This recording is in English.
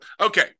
Okay